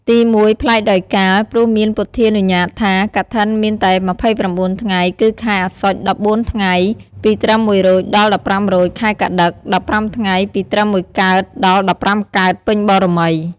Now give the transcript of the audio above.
ទីមួយ ប្លែកដោយកាល ព្រោះមានពុទ្ធានុញ្ញាតថា កឋិនមានតែ២៩ថ្ងៃ គឺខែអស្សុជ ១៤ថ្ងៃ ពីត្រឹម១រោច ដល់១៥រោច ខែកត្តិក ១៥ថ្ងៃ ពីត្រឹម១កើត ដល់១៥កើត ពេញបូណ៌មី។